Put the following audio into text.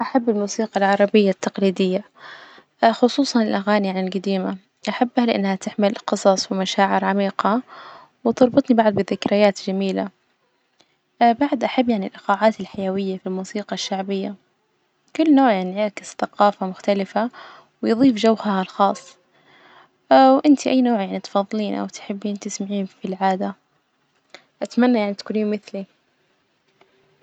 أحب الموسيقى العربية التقليدية خصوصا الأغاني يعني الجديمة، أحبها لإنها تحمل قصص ومشاعر عميقة وتربطني بعد بذكريات جميلة بعد أحب يعني الإيقاعات الحيوية في الموسيقى الشعبية، كل نوع يعني يعكس ثقافة مختلفة ويضيف جوها الخاص وإنتي أي نوعين تفضلين أو تحبين تسمعين في العادة? أتمنى يعني تكونين مثلي.